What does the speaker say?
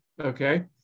okay